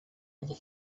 other